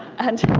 and